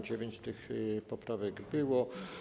Dziewięć tych poprawek było.